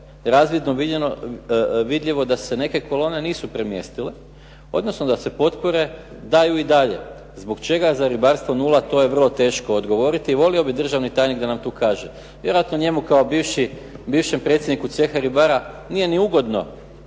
razvidno vidljivo da se neke kolone nisu premjestile, odnosno da se potpore daju i dalje. Zbog čega za ribarstvo nula to je vrlo teško odgovoriti i volio bih državni tajnik da nam tu kaže. Vjerojatno njemu kao bivšem predsjedniku ceha ribara nije ni ugodno